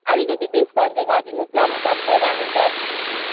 अलिकति डिस्काउन्ट चाहिँ गरिदिनुहोस् ल म सबै लान्छु ड्राई केक